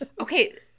Okay